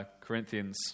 Corinthians